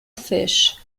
fish